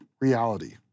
reality